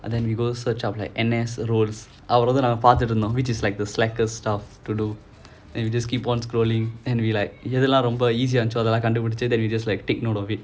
and then we go search up like N_S roles அப்புறோம் தான் பாத்துட்டு இருந்தோம்:appuram thaan paathutu irunthom which is like slacker stuff to do and we just keep on scrolling and we like எதுலாம் ரொம்ப:ethulaam romba easy ah இருந்துச்சோ அதுலாம்:irunthucho athulaam and then we just like take note of it